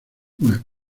una